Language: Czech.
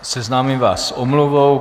Seznámím vás s omluvou.